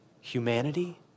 humanity